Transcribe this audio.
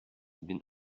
been